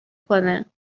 کنه